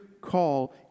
call